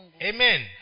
Amen